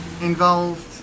involved